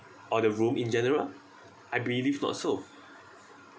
or the room in general I believe not so